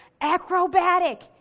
acrobatic